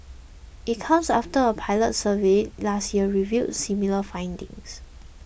it comes after a pilot survey last year revealed similar findings